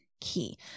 key